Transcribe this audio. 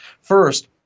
First